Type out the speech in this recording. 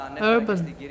urban